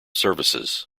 services